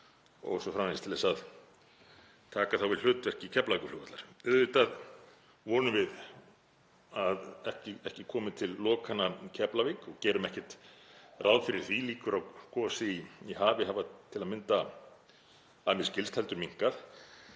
o.s.frv. til að taka þá við hlutverki Keflavíkurflugvallar? Auðvitað vonum við að ekki komin til lokana um Keflavík og gerum ekkert ráð fyrir því, líkur á gosi í hafi hafa til að mynda, að mér skilst, heldur minnkað.